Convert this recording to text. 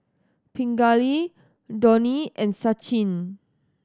Pingali Dhoni and Sachin